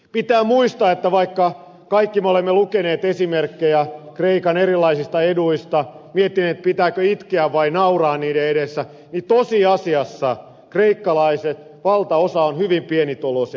pitää muistaa että vaikka kaikki me olemme lukeneet esimerkkejä kreikan erilaisista eduista miettineet pitääkö itkeä vai nauraa niiden edessä niin tosiasiassa valtaosa kreikkalaisista on hyvin pienituloisia